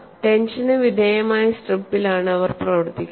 ടെൻഷന് വിധേയമായ സ്ട്രിപ്പിലാണ് അവർ പ്രവർത്തിക്കുന്നത്